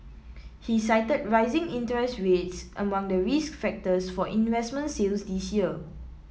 he cited rising interest rates among the risk factors for investment sales this year